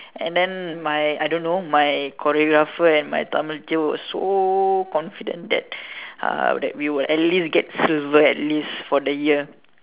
and then my I don't know my choreographer and my Tamil teacher was so confident that uh that we would at least get silver at least for the year